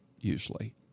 usually